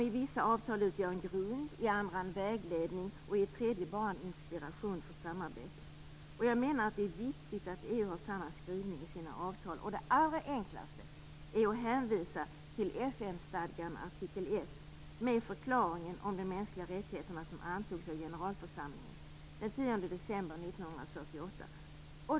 I vissa avtal utgör de en grund, i andra en vägledning och i tredje hand en inspiration i samarbetet. Det är viktigt att EU har samma skrivningar i alla sina avtal. Det allra enklaste är att hänvisa till FN-stadgans artikel 1 med förklaringen om de mänskliga rättigheterna som antogs av generalförsamlingen den 10 december 1948.